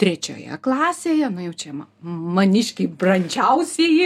trečioje klasėje nu jau čia ma maniškiai brandžiausieji